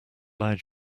loud